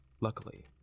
Luckily